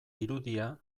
irudia